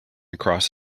across